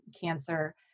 cancer